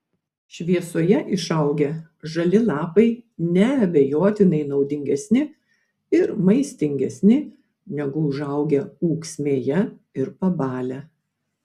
šviesoje išaugę žali lapai neabejotinai naudingesni ir maistingesni negu užaugę ūksmėje ir pabalę